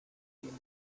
quien